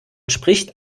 spricht